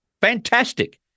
Fantastic